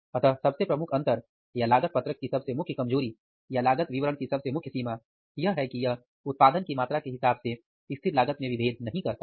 अतः सबसे प्रमुख अंतर या लागत पत्रक की सबसे मुख्य कमजोरी या लागत विवरण की सबसे मुख्य सीमा यह है कि यह उत्पादन की मात्रा के हिसाब से स्थिर लागत में विभेद नहीं करता है